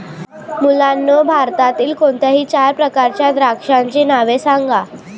मुलांनो भारतातील कोणत्याही चार प्रकारच्या द्राक्षांची नावे सांगा